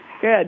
Good